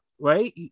right